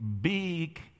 big